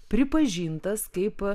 pripažintas kaip